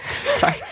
Sorry